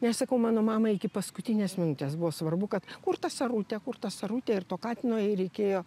nes sakau mano mamai iki paskutinės minutės buvo svarbu kad kur ta sarutė kur ta sarutė ir to katino jai reikėjo